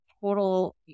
total